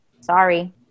Sorry